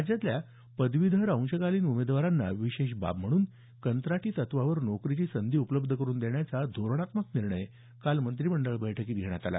राज्यातल्या पदवीधर अंशकालीन उमेदवारांना विशेष बाब म्हणून कंत्राटी तत्त्वावर नोकरीची संधी उपलब्ध करून देण्याचा धोरणात्मक निर्णयही काल मंत्रिमंडळ बैठकीत घेण्यात आला